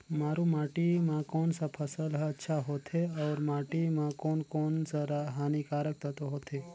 मारू माटी मां कोन सा फसल ह अच्छा होथे अउर माटी म कोन कोन स हानिकारक तत्व होथे?